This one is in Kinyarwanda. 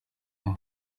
ngo